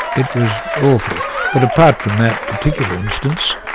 it was awful, but apart from that particular instance,